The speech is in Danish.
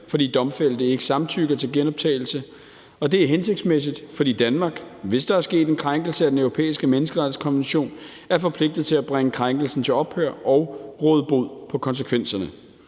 fordi domfældte ikke samtykker til genoptagelse, og det er hensigtsmæssigt, fordi Danmark, hvis der er sket en krænkelse af den europæiske menneskerettighedskonvention, er forpligtet til at bringe krænkelsen til ophør og råde bod på konsekvenserne.